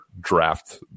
draft